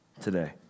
today